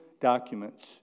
documents